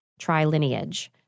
trilineage